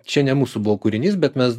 čia ne mūsų buvo kūrinys bet mes